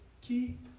keep